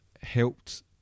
helped